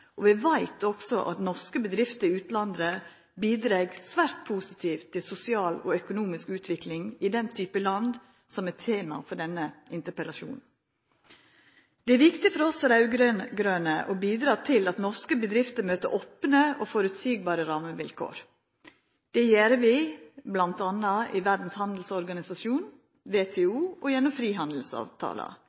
og når vi også veit at norske bedrifter i utlandet bidreg svært positivt til sosial og økonomisk utvikling i den typen land som er tema for denne interpellasjonen. Det er viktig for oss raud-grøne å bidra til at norske bedrifter møter opne og føreseielege rammevilkår. Det gjer vi m.a. i Verdas handelsorganisasjon – WTO – og gjennom frihandelsavtalar.